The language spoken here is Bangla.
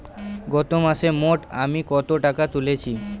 গত মাসে মোট আমি কত টাকা তুলেছি?